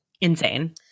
insane